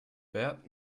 wert